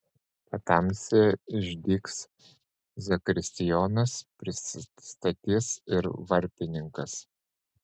patamsyje išdygs zakristijonas prisistatys ir varpininkas